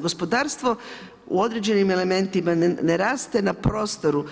Gospodarstvo u određenim elementima ne raste na prostoru